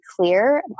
clear